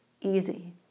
easy